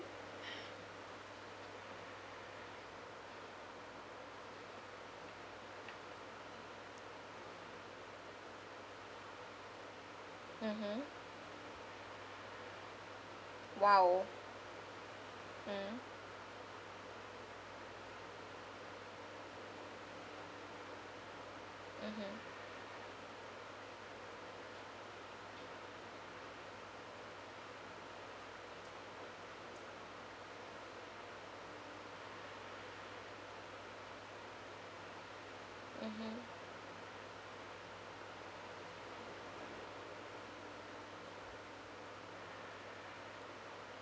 mmhmm !wow! mm mmhmm mmhmm